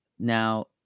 Now